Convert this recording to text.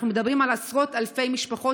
אנחנו מדברים על עשרות אלפי משפחות